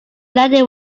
landing